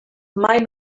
mai